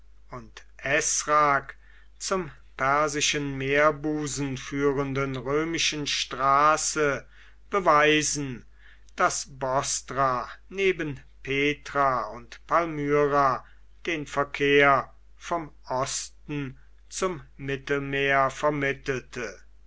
und ezrak zum persischen meerbusen führenden römischen straße beweisen daß bostra neben petra und palmyra den verkehr vom osten zum mittelmeer vermittelte